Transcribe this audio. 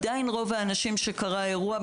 עדיין רוב האנשים כשקרה האירוע,